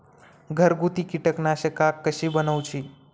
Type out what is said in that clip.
घरगुती कीटकनाशका कशी बनवूची?